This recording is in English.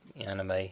anime